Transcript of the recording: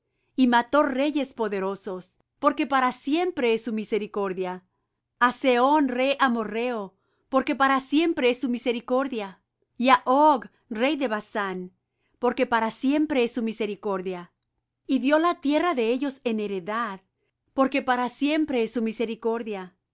y mató reyes poderosos porque para siempre es su misericordia a sehón rey amorrheo porque para siempre es su misericordia y á og rey de basán porque para siempre es su misericordia y dió la tierra de ellos en heredad porque para siempre es su misericordia